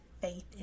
faith